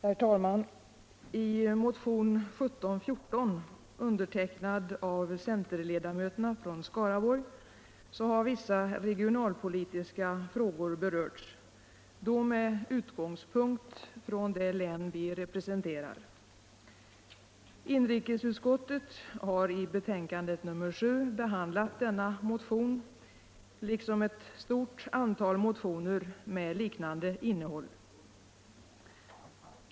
Herr talman! I motion 1714, undertecknad av centerledamöterna från Skaraborg, har vissa regionalpolitiska frågor berörts, då med utgångspunkt från det län vi representerar. Inrikesutskottet har i betänkande nr 7 behandlat denna motion liksom ett stort antal motioner med liknande innehåll.